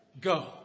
go